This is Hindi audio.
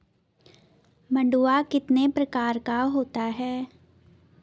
मंडुआ कितने प्रकार का होता है?